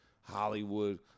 Hollywood